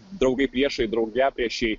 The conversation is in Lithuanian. draugai priešai draugiapriešiai